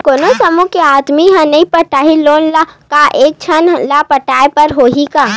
कोन समूह के आदमी हा नई पटाही लोन ला का एक झन ला पटाय ला होही का?